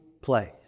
place